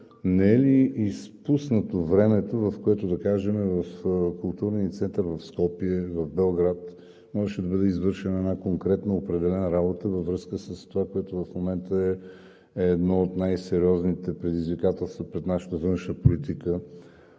не е ли изпуснато времето, в което, да кажем, в Културния център в Скопие и в Белград можеше да бъде извършена една конкретно определена работа във връзка с това, което в момента е едно от най сериозните предизвикателства пред нашата външна политика